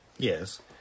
Yes